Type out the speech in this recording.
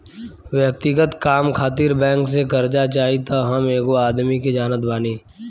व्यक्तिगत काम खातिर बैंक से कार्जा चाही त हम एगो आदमी के जानत बानी